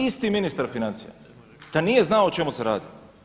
Isti ministar financija da nije znao o čemu se radi.